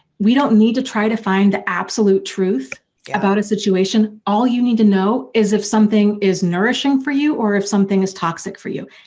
we don't need to try to find absolute truth about a situation, all you need to know is if something is nourishing for you or if something is toxic for you.